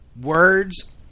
Words